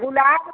गुलाब